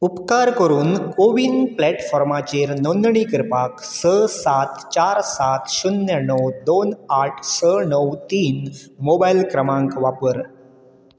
उपकार करून कोवीन प्लॅटफॉर्माचेर नोंदणी करपाक स सात चार सात शुन्य णव दोन आठ स णव तीन मोबायल क्रमांक वापर